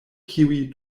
kiuj